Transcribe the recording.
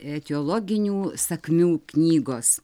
etiologinių sakmių knygos